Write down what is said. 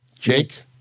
Jake